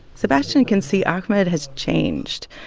sebastian can see ahmed has changed.